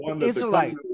Israelite